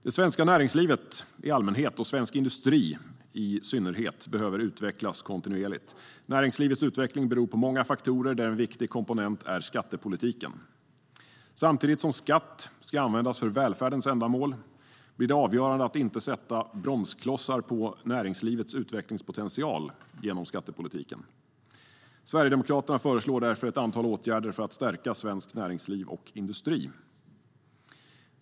Det svenska näringslivet i allmänhet och svensk industri i synnerhet behöver utvecklas kontinuerligt. Näringslivets utveckling beror på många faktorer, och en viktig komponent är skattepolitiken. Samtidigt som skatt ska användas för välfärdens ändamål blir det avgörande att inte sätta bromsklossar på näringslivets utvecklingspotential genom skattepolitiken. Sverigedemokraterna föreslår därför ett antal åtgärder för att stärka svenskt näringsliv och industri.